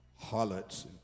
harlots